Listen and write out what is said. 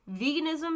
Veganism